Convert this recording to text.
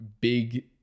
big